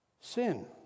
Sin